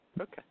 Okay